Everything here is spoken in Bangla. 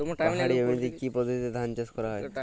পাহাড়ী জমিতে কি পদ্ধতিতে ধান চাষ করা যায়?